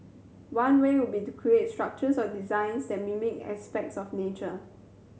one way would be to create structures or designs that mimic aspects of nature